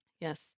Yes